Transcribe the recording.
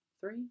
three